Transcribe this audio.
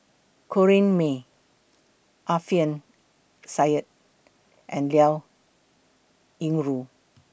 Corrinne May Alfian Sa'at and Liao Yingru